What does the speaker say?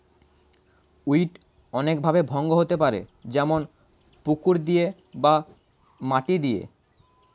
weed অনেক ভাবে ভঙ্গ হতে পারে যেমন পুকুর দিয়ে বা মাটি দিয়ে